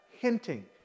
hinting